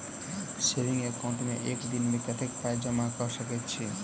Saving account मे एक दिनमे कतेक पाई जमा कऽ सकैत छी?